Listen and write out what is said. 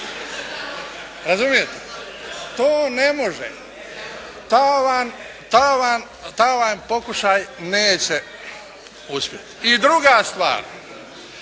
Razumijete? To ne može. Ta vam pokušaj neće uspjeti. I druga stvar.